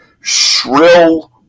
shrill